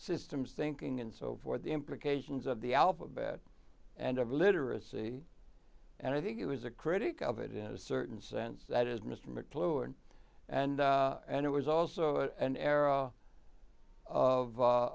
systems thinking and so for the implications of the alphabet and of literacy and i think it was a critic of it in a certain sense that is mr mcluhan and and it was also an arrow of